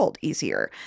Easier